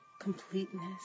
completeness